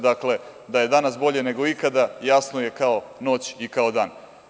Dakle, da je danas bolje nego ikada jasno je kao noć i kao dan.